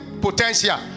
potential